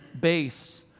base